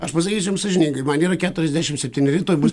aš pasakysiu jums sąžiningai man yra keturiasdešimt septyneri tuoj bus